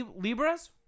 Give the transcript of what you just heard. Libras